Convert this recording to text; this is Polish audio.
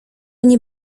nie